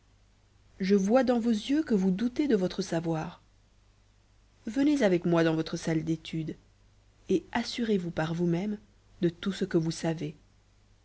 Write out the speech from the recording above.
je vois dans vos yeux que vous doutez de votre savoir venez avec moi dans votre salle d'étude et assurez-vous par vous-même de tout ce que vous savez